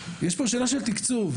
יש פה שאלה של תקצוב,